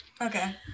Okay